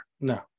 No